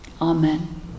Amen